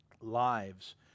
lives